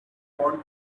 want